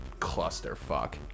clusterfuck